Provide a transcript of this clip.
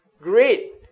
great